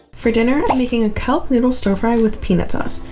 for dinner, i'm making a kelp noodle stir-fry with peanut sauce.